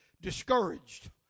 discouraged